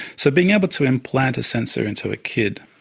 so being able to implant a sensor into a kid,